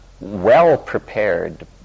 well-prepared